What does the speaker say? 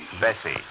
Bessie